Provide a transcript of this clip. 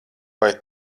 vai